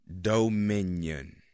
Dominion